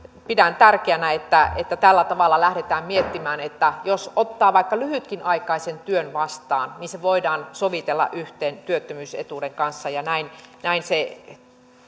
pidän tärkeänä että tällä tavalla lähdetään miettimään että jos ottaa vaikka lyhytaikaisenkin työn vastaan niin se voidaan sovitella yhteen työttömyysetuuden kanssa ja näin näin se